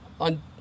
on